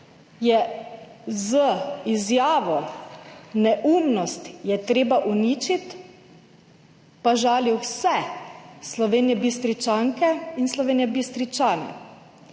je z izjavo Neumnosti je treba uničiti žalil vse Slovenjebistričanke in Slovenjebistričane.